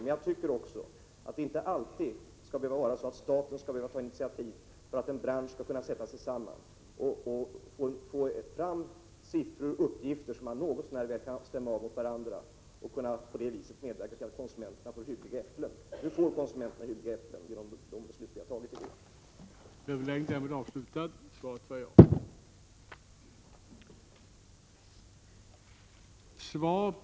Men jag tycker också att det inte alltid skall vara så att staten skall behöva ta initiativ för att en bransch skall sätta sig samman och få fram siffror och uppgifter som man något så när kan stämma av mot varandra för att på det viset medverka till att konsumenterna får hyggliga äpplen.